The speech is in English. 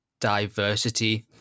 diversity